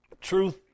truth